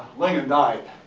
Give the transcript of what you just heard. lingan died.